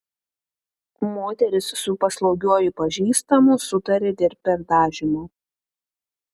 moteris su paslaugiuoju pažįstamu sutarė dėl perdažymo